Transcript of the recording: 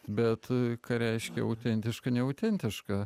bet ką reiškia autentiška neautentiška